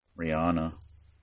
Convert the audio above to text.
Rihanna